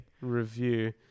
Review